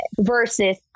Versus